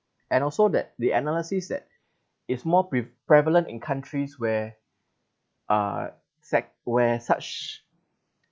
and also that the analysis that is more prev~ prevalent in countries where uh sack where such